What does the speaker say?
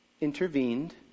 intervened